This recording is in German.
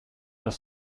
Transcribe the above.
das